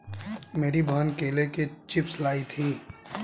मेरी बहन केले के चिप्स लाई थी